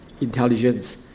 intelligence